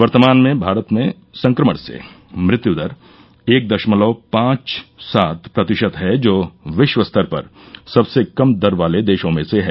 वर्तमान में भारत में संक्रमण से मृत्यु दर एक दशमलव पांच सात प्रतिशत है जो विश्व स्तर पर सबसे कम दर वाले देशों में से है